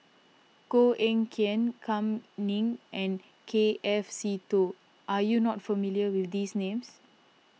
Koh Eng Kian Kam Ning and K F Seetoh are you not familiar with these names